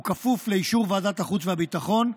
הוא כפוף לאישור ועדת החוץ והביטחון,